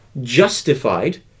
justified